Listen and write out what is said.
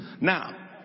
Now